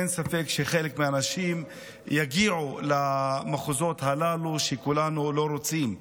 אין ספק שחלק מהאנשים יגיעו למחוזות הללו שכולנו לא רוצים.